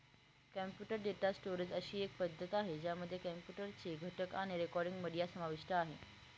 computer data storage एक अशी पद्धती आहे, ज्यामध्ये कॉम्प्युटर चे घटक आणि रेकॉर्डिंग, मीडिया समाविष्ट आहे